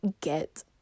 get